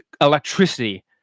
electricity